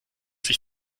sich